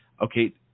Okay